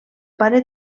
pare